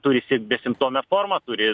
turi sirgt besimptome forma turi